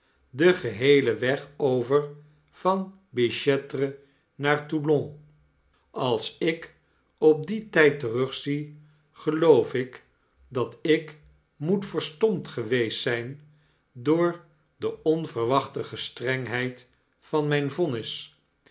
den geheelen weg over van b i c e tr e naar toulon als ik op dien tp terugzie geloof ik dat ik moet verstompt geweest zjjn door de onverwachte gestrengheid van myn vonnis